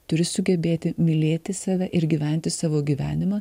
turi sugebėti mylėti save ir gyventi savo gyvenimą